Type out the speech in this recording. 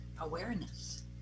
awareness